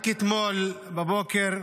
רק אתמול בבוקר,